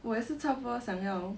我也是差不多想要